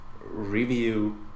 review